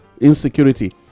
insecurity